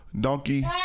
Donkey